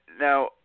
Now